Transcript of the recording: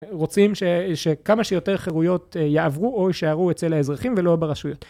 רוצים שכמה שיותר חירויות יעברו או יישארו אצל האזרחים ולא ברשויות